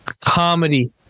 comedy